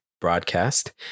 broadcast